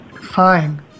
fine